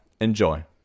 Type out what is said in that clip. Enjoy